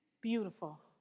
beautiful